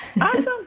Awesome